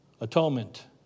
atonement